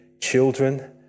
children